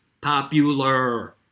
popular